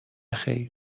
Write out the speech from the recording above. خیر